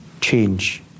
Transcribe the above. change